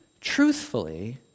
truthfully